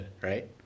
Right